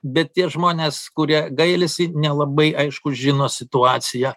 bet tie žmonės kurie gailisi nelabai aišku žino situaciją